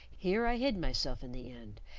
here i hid myself in the end,